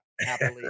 happily